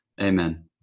Amen